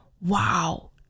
wow